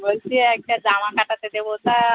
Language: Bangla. বলছি একটা জামা কাটাতে দেবো তা